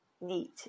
neat